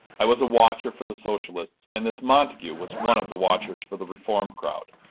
i was a watcher for the socialists, and this montague was one of the watchers for the reform crowd.